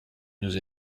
nous